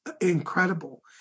incredible